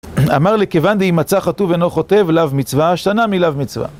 אמר ליה כיוון דאם מצא חטוב אינו חוטב, לאו מצווה, שנה מלאו מצווה.